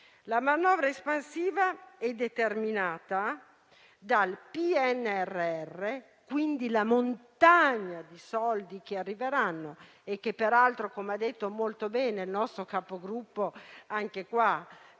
La manovra espansiva è determinata dal PNRR, quindi dalla montagna di soldi che arriveranno. Peraltro, come ha detto molto bene il nostro capogruppo, senatore